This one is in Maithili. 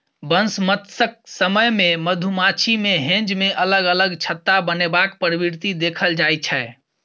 बसंमतसक समय मे मधुमाछी मे हेंज मे अलग अलग छत्ता बनेबाक प्रवृति देखल जाइ छै